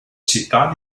città